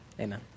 Amen